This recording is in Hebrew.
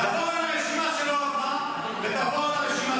תעבור על הרשימה שלא עברה ותעבור על הרשימה